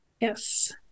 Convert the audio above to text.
Yes